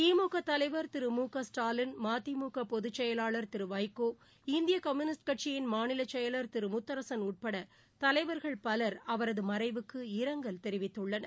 திமுக தலைவர் திரு மு க ஸ்டாலின் மதிமுக பொதுச் செயலாளர் திரு வைகோ இந்திய கம்யூனிஸ்ட் கட்சியின் மாநில செயலர் திரு முத்தரசன் உட்பட தலைவர்கள் பலர் அவரது மறைவுக்கு இரங்கல் தெரிவித்துள்ளனர்